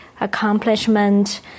accomplishment